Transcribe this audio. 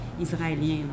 israélien